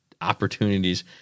opportunities